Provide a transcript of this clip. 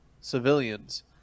civilians